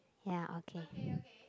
ya okay